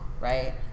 right